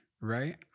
right